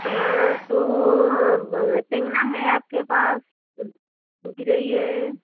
हाँ तो टेंगना है आपके पास गरई है